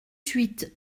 huit